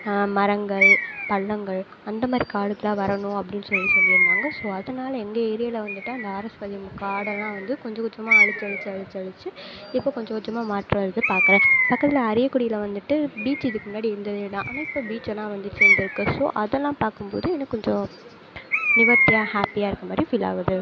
மரங்கள் பழங்கள் அந்த மாதிரி காடுகளாக வரணும் அப்டின்னு சொல்லி சொல்லியிருந்தாங்க ஸோ அதனால் எங்கள் ஏரியாவில் வந்துவிட்டு அந்த ஆரஸ்பதி காடெல்லாம் வந்து கொஞ்சம் கொஞ்சமாக அழித்து அழித்து அழித்து அழித்து இப்போது கொஞ்சம் கொஞ்சமாக மாற்றம் வருது பாக்கிறேன் பக்கத்தில் அரியக்குடியில் வந்துவிட்டு பீச் இதுக்கு முன்னாடி இருந்ததே தான் ஆனால் இப்போது பீச்செல்லாம் வந்து சேஞ்சாகியிருக்கு ஸோ அதெல்லாம் பார்க்கும்போது எனக்கு கொஞ்சம் நிவர்த்தியா ஹேப்பியாக இருக்கும்படி ஃபீல் ஆகுது